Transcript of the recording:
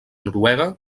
noruega